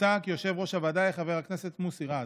מוצע כי יושב-ראש הוועדה יהיה חבר הכנסת מוסי רז.